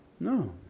No